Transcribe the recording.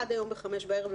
זה עד היום ב-5:00 בערב.